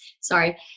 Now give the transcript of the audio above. sorry